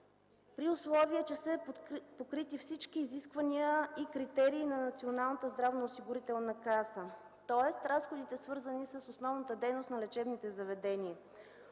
при условие че са покрити всички изисквания и критерии на НЗОК, тоест разходите, свързани с основната дейност на лечебните заведения.